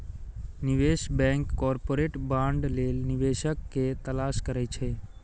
निवेश bank corporate bond लेल निवेशक के तलाश करै छै